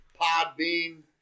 Podbean